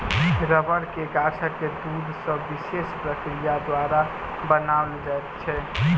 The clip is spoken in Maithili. रबड़ के गाछक दूध सॅ विशेष प्रक्रिया द्वारा बनाओल जाइत छै